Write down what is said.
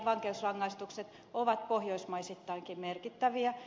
vankeusrangaistukset ovat pohjoismaisittainkin merkittäviä